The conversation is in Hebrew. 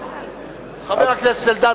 חבר הכנסת אלדד,